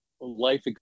life